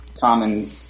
common